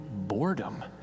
boredom